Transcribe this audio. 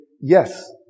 Yes